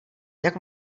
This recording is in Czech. jak